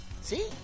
See